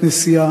חניה.